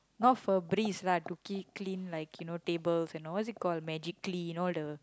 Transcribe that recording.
not Febreeze lah to keep it clean like you know tables and all what is it called Magic Clean all the